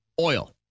Oil